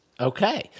Okay